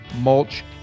mulch